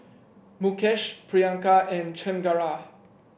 Mukesh Priyanka and Chengara